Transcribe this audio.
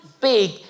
big